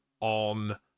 on